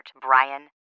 Brian